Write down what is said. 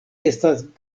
estas